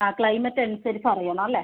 ആ ക്ലൈമറ്റ് അനുസരിച്ച് അറിയണം അല്ലേ